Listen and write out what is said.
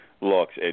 looks